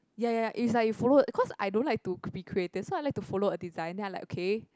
ya ya is like you follow cause I don't like to be creative so I like to follow a design then I'm like okay